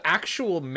actual